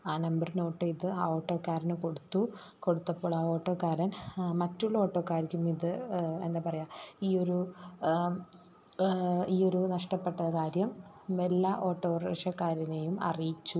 ആ number note ചെയ്ത് ആ ഔട്ടോക്കാരന് കൊടുത്തു കൊടുത്തപ്പോളാണ് ഓട്ടോക്കാരൻ മറ്റുള്ള ഓട്ടോക്കാർക്കും ഇത് എന്താ പറയുക ഈ ഒരു ഈ ഒരു നഷ്ടപ്പെട്ട കാര്യം എല്ലാ ഓട്ടോറിക്ഷക്കാരെയും അറിയിച്ചു